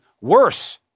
worse